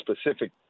specific